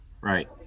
right